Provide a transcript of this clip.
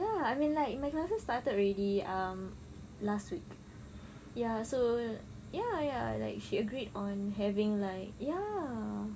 ya I mean like my classes started already um last week ya so ya ya like she agreed on having like ya